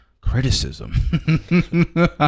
criticism